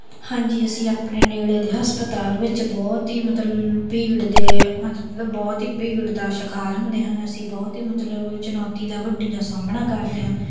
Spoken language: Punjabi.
ਹਾਂਜੀ ਅਸੀਂ ਆਪਣੇ ਨੇੜੇ ਦੇ ਹਸਪਤਾਲ ਵਿੱਚ ਬਹੁਤ ਹੀ ਮਤਲਬ ਭੀੜ ਦੇ ਮਤਲਬ ਬਹੁਤ ਹੀ ਭੀੜ ਦਾ ਸ਼ਿਕਾਰ ਹੁੰਦੇ ਹਾਂ ਅਸੀਂ ਬਹੁਤ ਹੀ ਮਤਲਬ ਚੁਨੌਤੀ ਦਾ ਵੱਡੀ ਦਾ ਸਾਹਮਣਾ ਕਰਦੇ ਹਾਂ